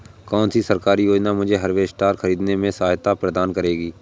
कौन सी सरकारी योजना मुझे हार्वेस्टर ख़रीदने में सहायता प्रदान करेगी?